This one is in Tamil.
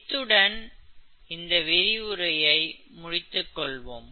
இத்துடன் இந்த இந்த விரிவுரையை முடித்துக் கொள்வோம்